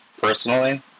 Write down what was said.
Personally